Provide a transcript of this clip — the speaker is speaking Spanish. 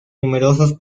numerosos